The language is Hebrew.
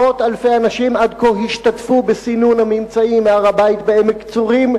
עשרות אלפי אנשים השתתפו עד כה בסינון הממצאים מהר-הבית בעמק-צורים.